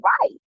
right